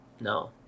no